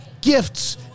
gifts